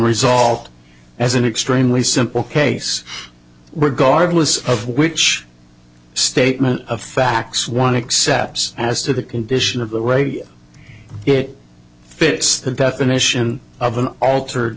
resolved as an extremely simple case regardless of which statement of facts one except as to the condition of the right it fits the definition of an altered